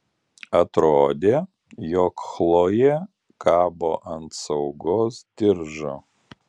atrodė jog chlojė kabo ant saugos diržo